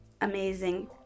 amazing